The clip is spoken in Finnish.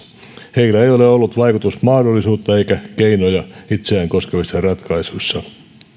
heillä ei ole ollut vaikutusmahdollisuutta eikä keinoja itseään koskevissa ratkaisuissa